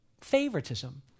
favoritism